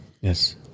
yes